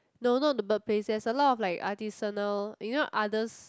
no not the bird place there's a lot of like artisanal you know udders